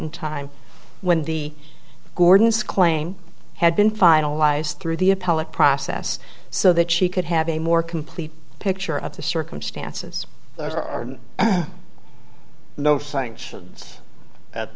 in time when the gordon's claim had been finalized through the appellate process so that she could have a more complete picture of the circumstances there are no sanctions at